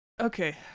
okay